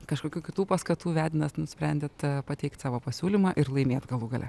kažkokių kitų paskatų vedinas nusprendėt pateikt savo pasiūlymą ir laimėt galų gale